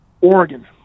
Oregon